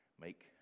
make